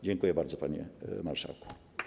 Dziękuję bardzo, panie marszałku.